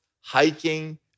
hiking